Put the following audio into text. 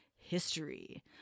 history